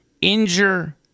injure